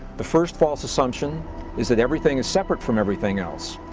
the first false assumption is that everything is separate from everything else,